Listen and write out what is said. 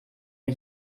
mir